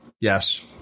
Yes